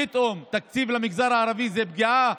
פתאום תקציב למגזר הערבי זה פגיעה?